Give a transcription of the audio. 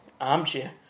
Armchair